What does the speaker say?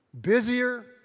busier